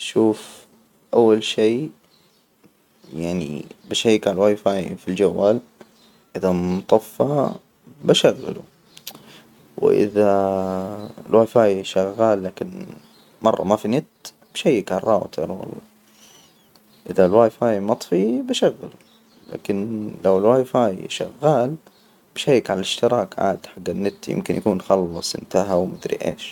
شوف، أول شي يعني بشيك على الواي فاي في الجوال إذا مطفا بشغله، وإذا الواي فاي شغال، لكن مرة ما في نت بشيك على الراوتر والله. إذا، الواي فاي مطفي بشغله، لكن لو الواي فاي شغال بشيك على الاشتراك عاد حج النت. يمكن يكون خلص، إنتهى ومدري إيش.